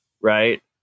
right